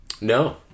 No